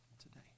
today